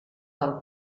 del